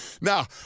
now